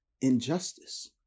injustice